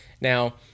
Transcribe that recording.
now